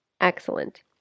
Excellent